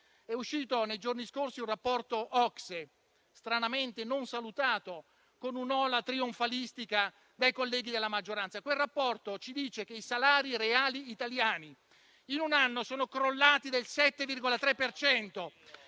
d'acquisto. Nei giorni scorsi è uscito un rapporto OCSE, stranamente non salutato con una ola trionfalistica dai colleghi della maggioranza. Quel rapporto ci dice che i salari reali italiani in un anno sono crollati del 7,3